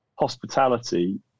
hospitality